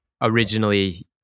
originally